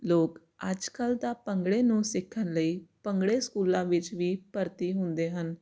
ਲੋਕ ਅੱਜ ਕੱਲ੍ਹ ਤਾਂ ਭੰਗੜੇ ਨੂੰ ਸਿੱਖਣ ਲਈ ਭੰਗੜੇ ਸਕੂਲਾਂ ਵਿੱਚ ਵੀ ਭਰਤੀ ਹੁੰਦੇ ਹਨ